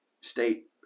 state